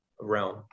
realm